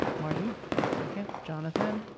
marty second? jonathan?